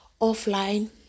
offline